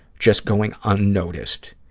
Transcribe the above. just going unnoticed.